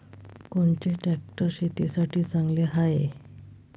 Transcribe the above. कोनचे ट्रॅक्टर शेतीसाठी चांगले हाये?